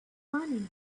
money